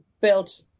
built